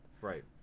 Right